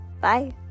Bye